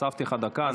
הוספתי לך דקה.